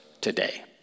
today